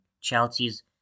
Chelsea's